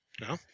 No